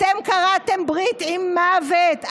אתם כרתם ברית עם מוות.